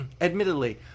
Admittedly